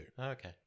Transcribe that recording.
Okay